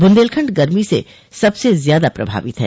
बुन्देलखंड गर्मी से सबसे ज्यादा प्रभावित है